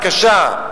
הקשה,